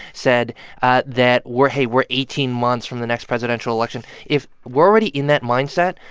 said ah that we're hey, we're eighteen months from the next presidential election. if we're already in that mindset,